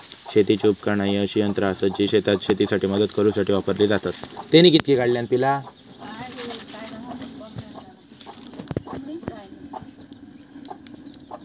शेतीची उपकरणा ही अशी यंत्रा आसत जी शेतात शेतीसाठी मदत करूसाठी वापरली जातत